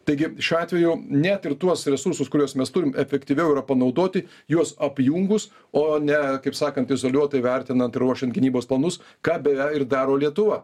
taigi šiuo atveju net ir tuos resursus kuriuos mes turim efektyviau yra panaudoti juos apjungus o ne kaip sakant izoliuotai vertinant ruošiant gynybos planus ką beje ir daro lietuva